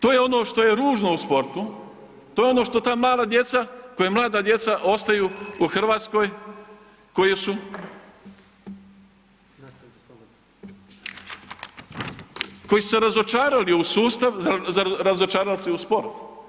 To je ono što je ružno u sportu, to je ono što ta mala djeca, koja mlada djeca ostaju u Hrvatskoj, koji su se razočarali u sustav, razočarali se i u sport.